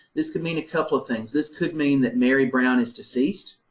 this could mean a couple of things. this could mean that mary brown is deceased.